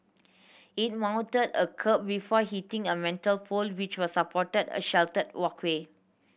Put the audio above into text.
it mounted a kerb before hitting a metal pole which was supporting a sheltered walkway